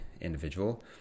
individual